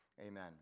Amen